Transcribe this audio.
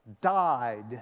died